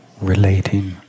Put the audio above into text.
relating